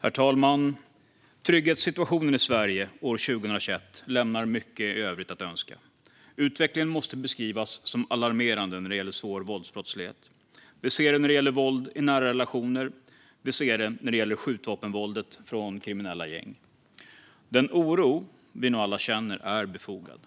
Herr talman! Trygghetssituationen i Sverige år 2021 lämnar mycket övrigt att önska. Utvecklingen måste beskrivas som alarmerande när det gäller svår våldsbrottslighet. Vi ser det när det gäller våld i nära relationer, och vi ser det när det gäller skjutvapenvåldet från kriminella gäng. Den oro vi nog alla känner är befogad.